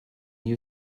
you